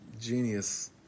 genius